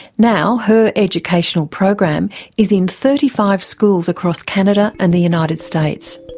now her educational program is in thirty five schools across canada and the united states.